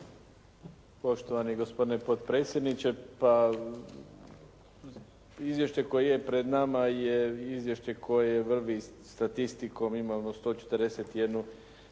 Poštovani gospodine potpredsjedniče. Pa izvještaj koji je pred nama je izvješće koje vrvi statistikom. Imamo 141